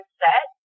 set